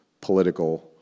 political